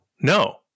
no